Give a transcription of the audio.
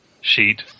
sheet